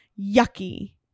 yucky